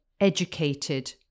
educated